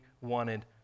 wanted